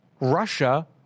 Russia